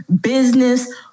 business